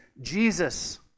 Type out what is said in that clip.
Jesus